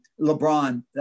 LeBron